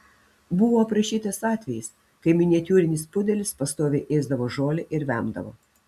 buvo aprašytas atvejis kai miniatiūrinis pudelis pastoviai ėsdavo žolę ir vemdavo